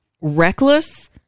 reckless